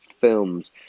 films